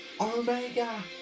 Omega